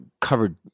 covered